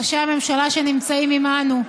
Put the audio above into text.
ראשי הממשלה שנמצאים עימנו,